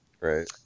Right